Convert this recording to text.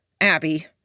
Abby